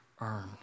earn